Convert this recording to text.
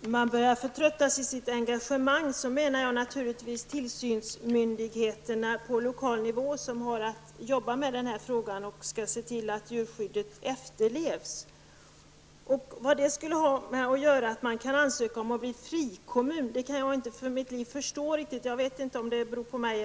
man börjar förtröttas i sitt engagemang, menar jag naturligtvis tillsynsmyndigheterna på lokal nivå som har att arbeta med denna fråga och se till att djurskyddet efterlevs. Jag kan inte för mitt liv förstå vad det har att göra med att en kommun kan ansöka om att få bli en frikommun. Jag vet inte om det beror på mig.